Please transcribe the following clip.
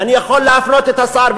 ואני יכול להפנות את השר,